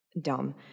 dumb